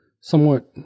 somewhat